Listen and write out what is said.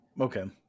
okay